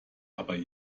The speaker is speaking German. aber